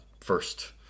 first